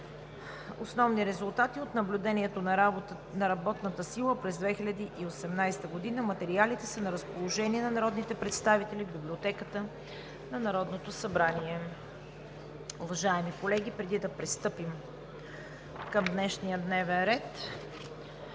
основни резултати от наблюдението на работната сила през 2018 г. Материалите са на разположение на народните представители в Библиотеката на Народното събрание. Уважаеми колеги, преди да пристъпим към днешния дневен ред,